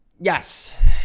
yes